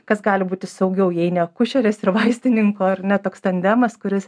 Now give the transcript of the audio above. kas gali būti saugiau jei ne akušerės ir vaistininko ar ne toks tandemas kuris